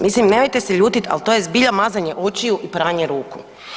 Mislim, nemojte se ljutiti, ali to je zbilja mazanje očiju i pranje ruku.